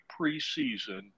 preseason